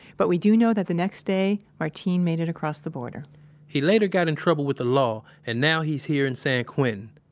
but we do know that the next day martin made it across the border he later got in trouble with the law and now he's here in san quentin.